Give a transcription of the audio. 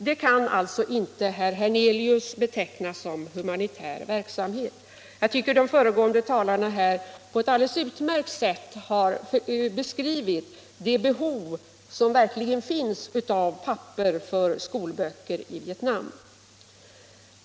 Det kan alltså herr Hernelius inte beteckna som humanitär verksamhet. Jag tycker att de föregående talarna på ett alldeles utmärkt sätt har beskrivit det behov som verkligen finns av papper för skolböcker i Vietnam.